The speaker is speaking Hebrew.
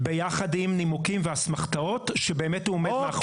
יחד עם נימוקים ואסמכתאות שבאמת הוא עומד מאחוריהן.